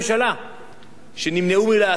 שנמנעו מלעשות מעשה עד היום